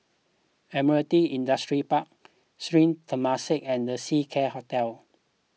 Admiralty Industrial Park Sri Temasek and the Seacare Hotel